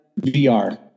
vr